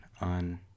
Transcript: on